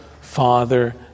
Father